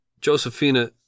Josephina